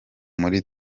muri